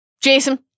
Jason